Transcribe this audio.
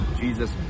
Jesus